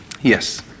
yes